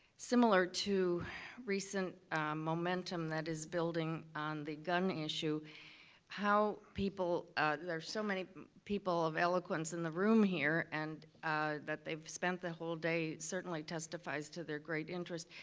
similar to recent momentum that is building on the gun issue how there are so many people of eloquence in the room here and that they've spent the whole day certainly testifies to their great interest,